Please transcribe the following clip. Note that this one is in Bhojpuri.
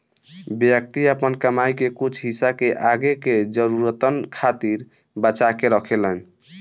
व्यक्ति आपन कमाई के कुछ हिस्सा के आगे के जरूरतन खातिर बचा के रखेलेन